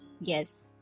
Yes